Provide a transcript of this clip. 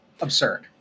absurd